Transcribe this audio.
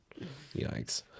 Yikes